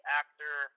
actor